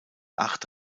acht